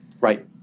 Right